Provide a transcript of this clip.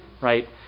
Right